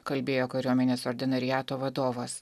kalbėjo kariuomenės ordinariato vadovas